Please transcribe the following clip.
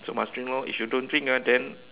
so must drink lor if you don't drink ah then